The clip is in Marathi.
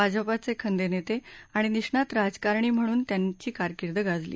भाजपाचे खंदे नेते आणि निष्णात राजकारणी म्हणून त्यांची कारकिर्द गाजली